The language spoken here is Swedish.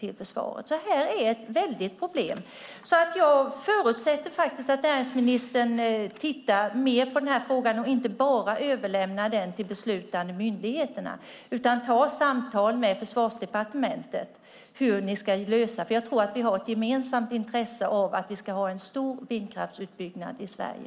Det här är ett stort problem. Jag förutsätter att näringsministern tittar mer på den här frågan och inte bara överlämnar den till de beslutande myndigheterna utan tar samtal med Försvarsdepartementet om hur frågan ska lösas, för jag tror att vi har ett gemensamt intresse av en stor vindkraftsutbyggnad i Sverige.